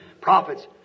prophets